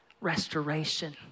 restoration